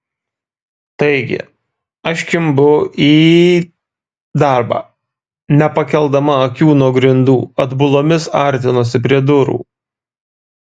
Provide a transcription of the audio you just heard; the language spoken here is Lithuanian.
taigi aš kimbu į darbą nepakeldama akių nuo grindų atbulomis artinuosi prie durų